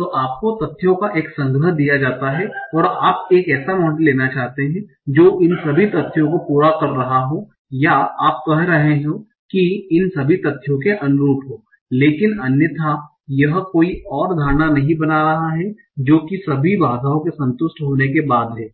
तो आपको तथ्यों का एक संग्रह दिया जाता है और आप एक ऐसा मॉडल लेना चाहते हैं जो इन सभी तथ्यों को पूरा कर रहा हो या आप कह रहे हों कि इन सभी तथ्यों के अनुरूप है लेकिन अन्यथा यह कोई और धारणा नहीं बना रहा है जो कि सभी बाधाओं के संतुष्ट होने के बाद है